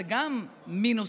זה גם מינוס,